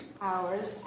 hours